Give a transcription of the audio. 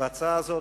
בהצעה הזאת,